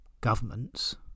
governments